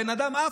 הבן אדם עף,